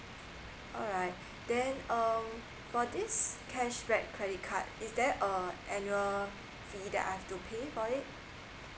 alright then uh for this cashback credit card is there uh annual fee that I have to pay for this